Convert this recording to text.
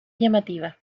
llamativa